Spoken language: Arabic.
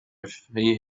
فيه